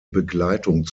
begleitung